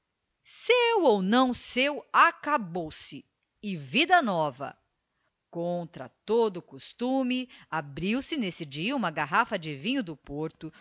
seu ou não seu acabou-se e vida nova contra todo o costume abriu-se nesse dia uma garrafa de vinho do porto